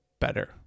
better